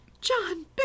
John